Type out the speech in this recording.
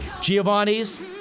Giovanni's